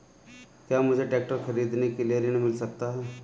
क्या मुझे ट्रैक्टर खरीदने के लिए ऋण मिल सकता है?